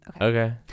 Okay